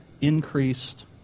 increased